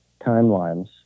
timelines